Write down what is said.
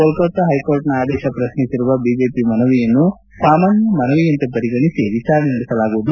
ಕಲ್ಕತ್ತಾ ಹೈಕೋರ್ಟ್ನ ಆದೇಶ ಪ್ರಶ್ನಿಸಿರುವ ಬಿಜೆಪಿ ಮನವಿಯನ್ನು ಸಾಮಾನ್ಯ ಮನವಿಯಂತೆ ಪರಿಗಣಿಸಿ ವಿಚಾರಣೆ ನಡೆಸಲಾಗುವುದು